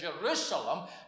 Jerusalem